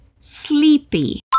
sleepy